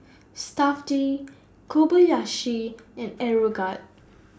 Stuff'd Kobayashi and Aeroguard